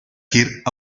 kirk